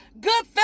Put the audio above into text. good